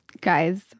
guys